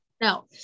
No